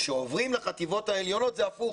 כשעוברים לחטיבות העליונות זה הפוך,